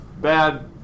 bad